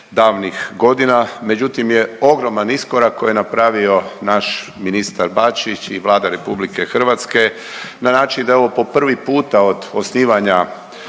davnih godina, međutim je ogroman iskorak koji je napravio naš ministar Bačić i Vlada RH na način da je ovo po prvi puta od osnivanja